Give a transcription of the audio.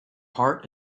heart